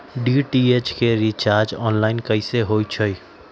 DTH के recharge online कैसे होईछई?